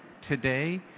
today